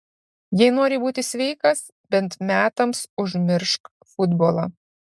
jei nori būti sveikas bent metams užmiršk futbolą